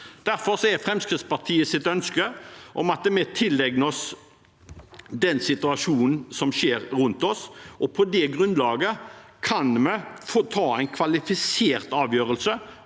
Derfor er Fremskrittspartiets ønske at vi tilegner oss kunnskap i den situasjonen som er rundt oss, og på det grunnlag kan ta en kvalifisert avgjørelse